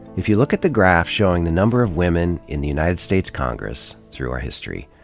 if you look at the graph showing the number of women in the united states congress through our history,